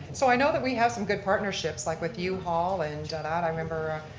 so i know that we have some good partnerships like with yeah u-haul and that i remember,